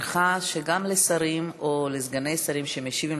להזכירך שגם לשרים ולסגני שרים שמשיבים